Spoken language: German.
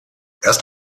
erst